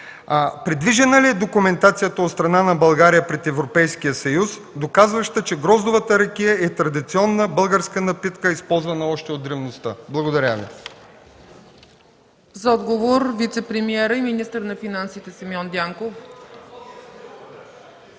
придвижена ли е документацията от страна на България пред Европейския съюз, доказваща, че гроздовата ракия е традиционна българска напитка, използвана още от древността? Благодаря Ви. ПРЕДСЕДАТЕЛ ЦЕЦКА ЦАЧЕВА: За отговор – вицепремиерът и министър на финансите Симеон Дянков. ЗАМЕСТНИК